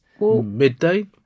Midday